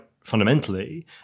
fundamentally